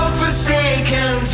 forsaken